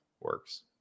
works